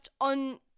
on